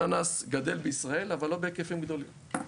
אננס גדל בישראל אבל לא בהיקפים גדולים.